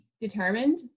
determined